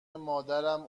مادرم